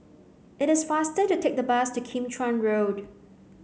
it is faster to take the bus to Kim Chuan Road